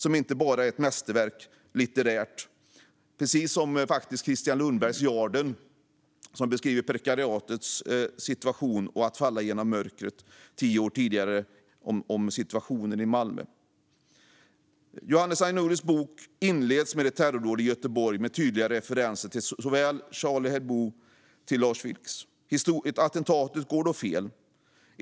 Det är ett litterärt mästerverk, precis som Kristian Lundbergs Yarden , som gavs ut tio år tidigare och som beskriver prekariatets situation i Malmö och hur det är att falla genom mörkret. Johannes Anyurus bok inleds med ett terrordåd i Göteborg med tydliga referenser till såväl Charlie Hebdo som Lars Vilks. Attentatet går dock fel.